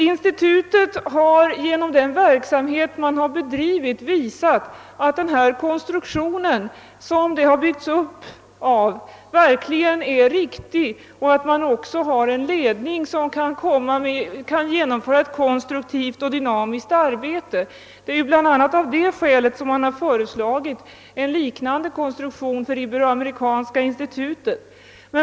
Institutet har genom den verksamhet det har bedrivit visat att dess konstruktion är riktig och att det också har en ledning som kan genomföra ett konstruktivt och dynamiskt arbete; det är bl.a. av det skälet som en liknande konstruktion har föreslagits för iberoamerikanska institutet.